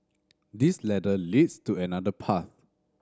this ladder leads to another path